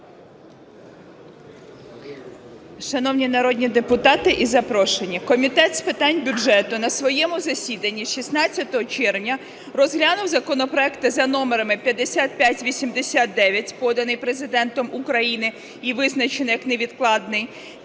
Шановні народні депутати і запрошені, Комітет з питань бюджету на своєму засіданні 16 червня розглянув законопроекти за номером 5589, поданий Президентом України і визначений як невідкладний,